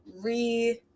re